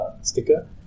sticker